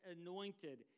anointed